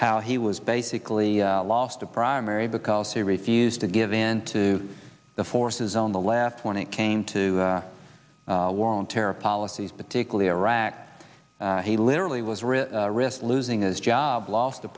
how he was basically lost a primary because he refused to give in to the forces on the left when it came to the war on terror policies particularly iraq he literally was really risk losing his job lost a